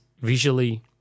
visually